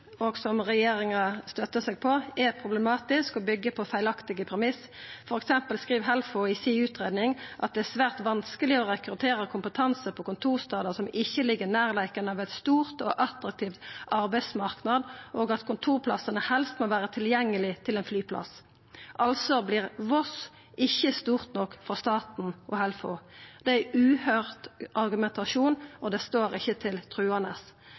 og som regjeringa støttar seg på, er problematisk og byggjer på feilaktige premiss. For eksempel skriv Helfo i utgreiinga si at det er svært vanskeleg å rekruttera kompetanse på kontorstader som ikkje ligg i nærleiken av ein stor og attraktiv arbeidsmarknad, og at kontorplassane helst må ha tilgjenge på ein flyplass, altså vert Voss ikkje stort nok for staten og Helfo. Det er ein uhøyrd argumentasjon og står ikkje til